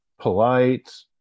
polite